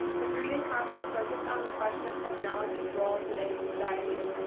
the three day conference focused on the question of technology's role in today's society.